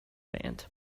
band